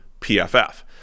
PFF